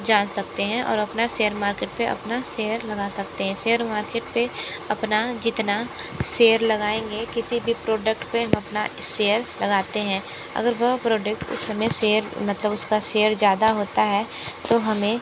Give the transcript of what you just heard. जान सकते हैं और अपना सेयर मार्केट पर अपना सेयर लगा सकते हैं सेयर मार्केट पर अपना जितना सेयर लगाएंगे किसी भी प्रोडक्ट पर हम अपना सेयर लगाते हैं अगर वह प्रोडक्ट उस समय सेयर मतलब उसका सेयर ज़्यादा होता है तो हमें